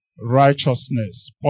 Righteousness